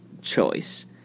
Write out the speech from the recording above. choice